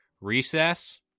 Recess